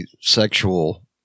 sexual